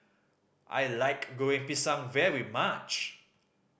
I like Goreng Pisang very much